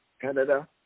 Canada